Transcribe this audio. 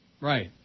Right